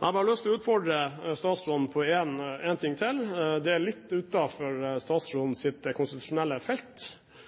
Jeg har bare lyst til å utfordre statsråden på én ting til. Det er litt utenfor statsrådens konstitusjonelle felt,